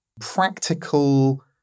practical